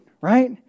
Right